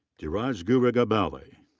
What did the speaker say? dheeraj gurugubelli.